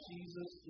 Jesus